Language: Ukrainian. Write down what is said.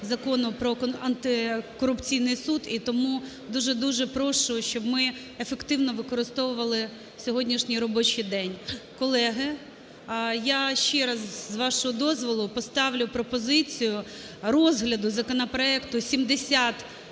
Закону про антикорупційний суд. І тому дуже-дуже прошу, щоб ми ефективно використовували сьогоднішній робочий день. Колеги, я ще раз, з вашого дозволу, поставлю пропозицію розгляду законопроекту 7060